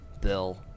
Bill